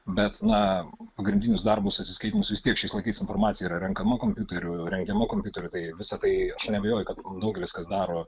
bet na pagrindinius darbus atsiskaitymus vis tiek šiais laikais informacija yra renkama kompiuteriu rengiama kompiuteriu tai visa tai aš neabejoju kad daugelis kas daro